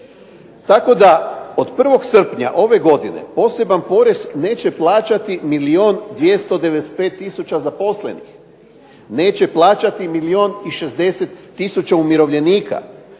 Tako da od 1. srpnja ove godine poseban porez neće plaćati milijun 295 tisuća zaposlenih, neće plaćati milijun 60 tisuća umirovljenika.